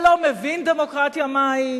שלא מבין דמוקרטיה מהי,